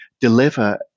deliver